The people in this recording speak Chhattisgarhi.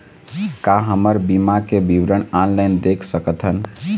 का हमर बीमा के विवरण ऑनलाइन देख सकथन?